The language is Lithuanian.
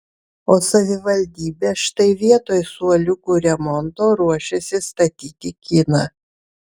o savivaldybė štai vietoj suoliukų remonto ruošiasi statyti kiną